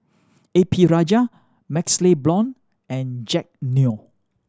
A P Rajah MaxLe Blond and Jack Neo